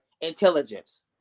intelligence